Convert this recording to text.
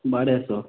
बारह सौ